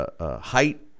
height